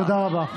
תודה רבה.